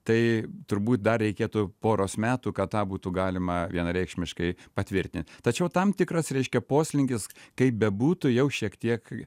tai turbūt dar reikėtų poros metų kad tą būtų galima vienareikšmiškai patvirtint tačiau tam tikras reiškia poslinkis kaip bebūtų jau šiek tiek